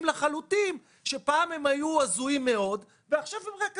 לחלוטין שפעם הם היו הזויים מאוד ועכשיו הם רק הזויים.